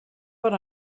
but